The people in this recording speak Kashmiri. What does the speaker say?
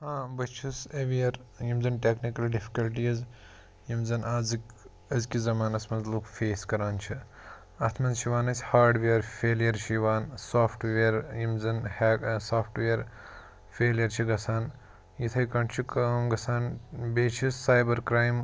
ہاں بہٕ چھُس ایٚوِیَر یِم زَن ٹیٚکنِکل ڈِفِکَلٹیٖز یِم زَن اَزٕکۍ أزکِس زَمانَس منٛز لوکھ فیس کَران چھِ اَتھ منٛز چھِ یِوان اسہِ ہارڈوِیَر فیلیَر چھِ یِوان سافٹوِیَر یِم زَن ہیک سافٹوِیَر فیلیَر چھِ گژھان یِتھَے پٲٹھۍ چھِ کٲم گَژھان بیٚیہِ چھِ سایبَر کرٛایِم